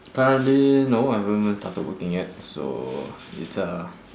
currently no I haven't even started working yet so it's uh